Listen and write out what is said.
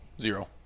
Zero